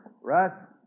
Russ